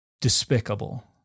despicable